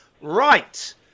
right